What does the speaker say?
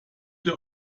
der